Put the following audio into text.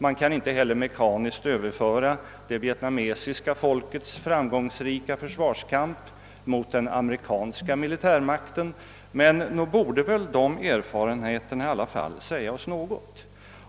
Man kan inte heller mekaniskt överföra det vietnamesiska folkets framgångsrika försvarskamp mot den amerikanska militärmakten, men nog borde de erfarenheterna i alla fall säga oss något.